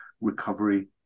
recovery